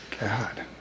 God